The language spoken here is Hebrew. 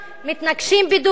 מתנקשים בדובאי,